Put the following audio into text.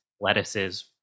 lettuces